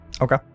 Okay